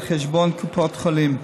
על חשבון קופת חולים.